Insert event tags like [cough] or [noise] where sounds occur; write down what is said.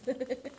[laughs]